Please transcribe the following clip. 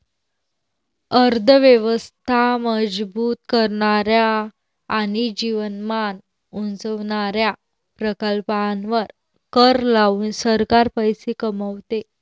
अर्थ व्यवस्था मजबूत करणाऱ्या आणि जीवनमान उंचावणाऱ्या प्रकल्पांवर कर लावून सरकार पैसे कमवते